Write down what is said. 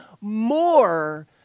more